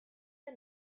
wir